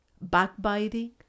backbiting